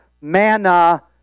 manna